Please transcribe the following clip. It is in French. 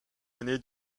aîné